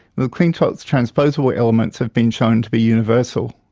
mcclintock's transposable elements have been shown to be universal.